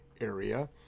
area